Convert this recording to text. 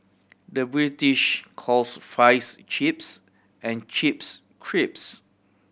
the British calls fries chips and chips crisps